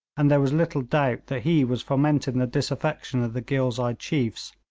and there was little doubt that he was fomenting the disaffection of the ghilzai chiefs,